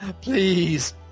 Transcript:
please